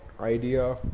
idea